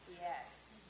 Yes